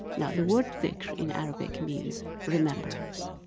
now, the word zikr in arabic means remembrance.